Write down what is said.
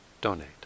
donate